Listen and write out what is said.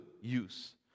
use